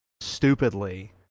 stupidly